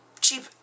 cheap